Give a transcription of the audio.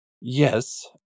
Yes